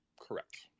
correct